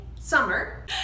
summer